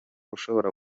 ushobora